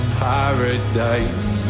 paradise